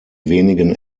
wenigen